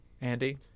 Andy